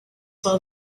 while